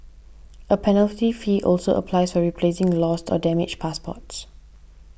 a penalty fee also applies for replacing lost or damaged passports